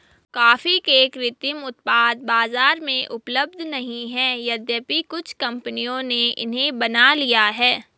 coffee के कृत्रिम उत्पाद बाजार में उपलब्ध नहीं है यद्यपि कुछ कंपनियों ने इन्हें बना लिया है